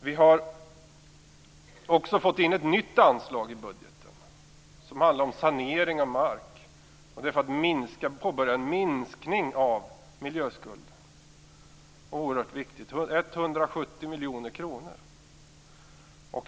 Vi har också fått in ett nytt anslag i budgeten, 170 miljoner kronor, som handlar om sanering av mark. Syftet är att påbörja en minskning av miljöskulden, vilket är oerhört viktigt.